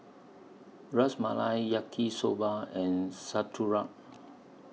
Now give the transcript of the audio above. Ras Malai Yaki Soba and Sauerkraut